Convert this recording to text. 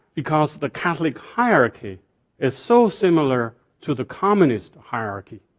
because the catholic hierarchy is so similar to the communist hierarchy.